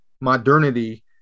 modernity